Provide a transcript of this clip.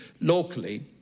locally